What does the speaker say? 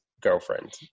girlfriend